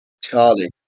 Charlie